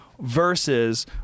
Versus